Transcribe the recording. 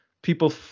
people